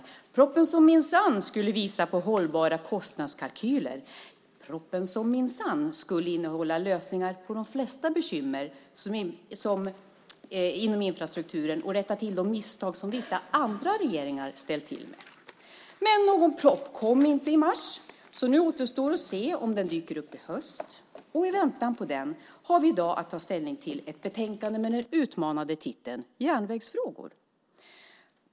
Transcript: Det var den propositionen som minsann skulle visa på hållbara kostnadskalkyler. Det var propositionen som minsann skulle innehålla lösningar på de flesta bekymmer inom infrastrukturen och rätta till de misstag som vissa andra regeringar ställt till med. Men någon proposition kom inte i mars. Nu återstår att se om den dyker upp i höst. I väntan på den har vi i dag att ta ställning till ett betänkande med den utmanande titeln Järnvägsfrågor .